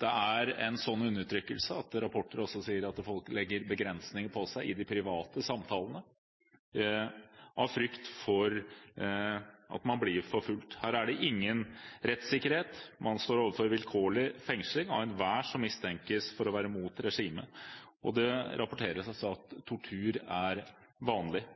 Det er en slik undertrykkelse at rapportene også sier at folk legger begrensninger på seg i private samtaler av frykt for å bli forfulgt. Her er det ingen rettssikkerhet. Man står overfor vilkårlig fengsling av enhver som mistenkes for å være mot regimet. Det rapporteres også at tortur er vanlig.